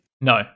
no